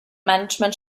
management